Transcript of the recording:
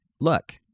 look